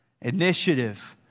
Initiative